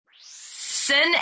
Sin